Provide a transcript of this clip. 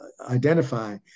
identify